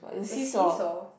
the see-saw